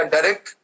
Direct